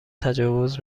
تجاوز